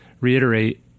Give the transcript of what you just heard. reiterate